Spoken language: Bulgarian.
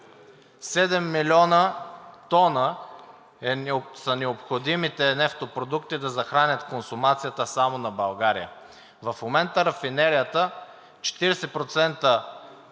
милиона тона са необходимите нефтопродукти да захранят консумацията само на България. В момента 40%